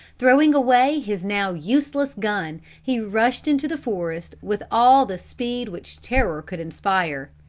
throwing away his now useless gun, he rushed into the forest with all the speed which terror could inspire.